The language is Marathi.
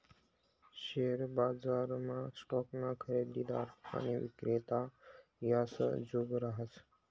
शेअर बजारमा स्टॉकना खरेदीदार आणि विक्रेता यासना जुग रहास